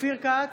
אופיר כץ,